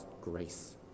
grace